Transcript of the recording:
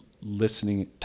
listening